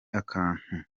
akantu